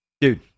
Dude